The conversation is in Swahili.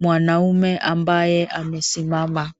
mwanaume anayejulikana kama Avisi Baba.